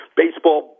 baseball